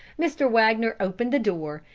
mr. wagner opened the door,